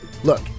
Look